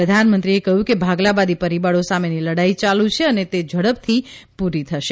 પ્રધાનમંત્રીએ કહ્યું કે ભાગલાવાદી પરિબળો સામેની લડાઇ ચાલુ છે અને તે ઝડપથી પૂરી થશે